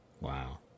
Wow